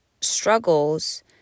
struggles